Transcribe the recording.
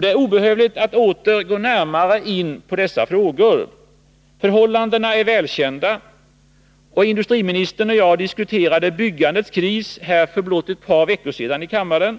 Det är obehövligt att åter gå närmare in på dessa frågor. Förhållandena är välkända, och industriministern och jag diskuterade byggandets kris för blott ett par veckor sedan här i kammaren.